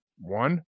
one